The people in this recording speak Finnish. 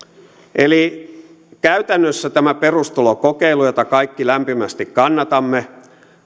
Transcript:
eli käytännössä tämä perustulokokeilu jota kaikki lämpimästi kannatamme